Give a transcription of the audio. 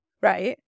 Right